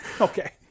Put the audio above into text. Okay